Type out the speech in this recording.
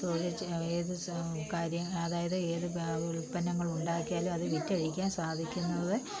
ഏതു കാര്യം അതായത് ഏത് ഉൽപ്പന്നങ്ങൾ ഉണ്ടാക്കിയാലും അത് വിറ്റഴിക്കാൻ സാധിക്കുന്നത്